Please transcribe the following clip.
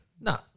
No